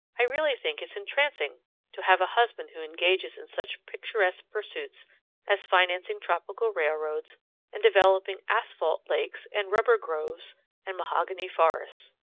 i really think it's entrancing to have a husband who engages in such picturesque pursuits as financing tropical railroads and developing asphalt lakes and rubber groves and mahogany forests.